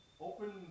Open